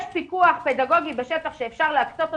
יש פיקוח פדגוגי בשטח שאפשר לעשות אותו,